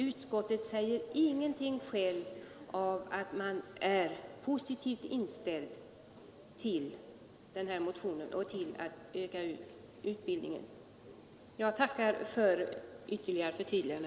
Utskottet säger ingenting om att man är positivt inställd till motionen och till att öka utbildningen. Jag tackar alltså ännu en gång för detta ytterligare förtydligande.